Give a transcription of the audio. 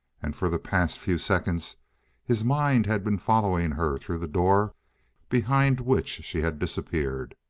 and for the past few seconds his mind had been following her through the door behind which she had disappeared.